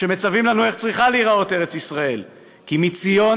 מצווים לנו איך צריכה להיראות ארץ ישראל: "כי מציון